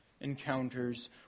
encounters